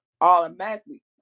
automatically